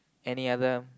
any other